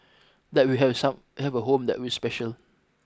that we will have some have a home that will special